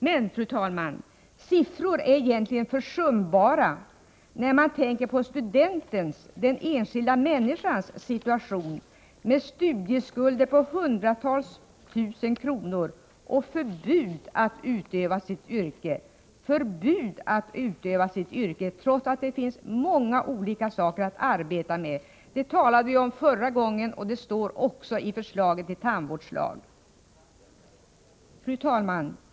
Men, fru talman, siffror är egentligen försumbara när man tänker på studentens, den enskilda människans, situation — med studieskulder på hundratusentals kronor och förbud att utöva sitt yrke. Förbud att utöva sitt yrke, trots att det finns många olika saker att arbeta med. Det talade vi om förra gången, och det står också i förslaget till tandvårdslag. Fru talman!